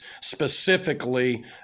specifically